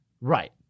right